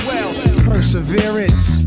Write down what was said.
Perseverance